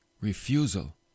Refusal